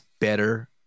better